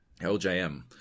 LJM